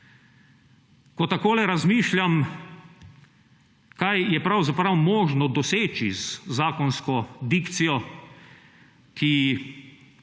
Ko tako razmišljam, kaj je pravzaprav možno doseči z zakonsko dikcijo, ki